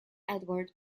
edward